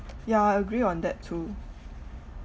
yeah I agree on that too